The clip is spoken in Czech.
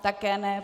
Také ne.